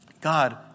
God